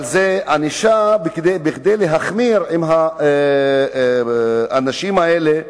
אבל זאת ענישה כדי להחמיר עם האנשים האלה,